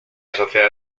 sociedad